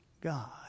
God